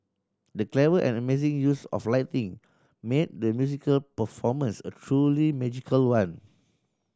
the clever and amazing use of lighting made the musical performance a truly magical one